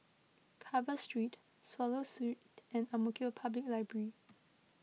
Carver Street Swallow Street and Ang Mo Kio Public Library